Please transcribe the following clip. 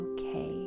okay